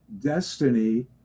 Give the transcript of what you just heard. destiny